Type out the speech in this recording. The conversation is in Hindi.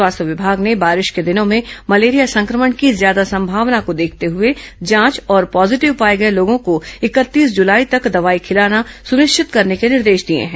स्वास्थ्य विभाग ने बारिश के दिनों में मलेरिया संक्रमण की ज्यादा संभावना को देखते हुए जांच और पॉजीटिव पाए गए लोगों को इकतीस जुलाई तक दवाई खिलाना सुनिश्चित करने के निर्देश दिए हैं